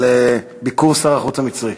על ביקור שר החוץ המצרי.